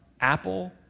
Apple